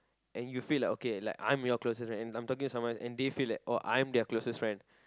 and you feel like okay like I'm your closest friend and I'm talking to someone and they feel like oh I'm their closest friend